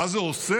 מה זה עושה?